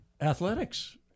athletics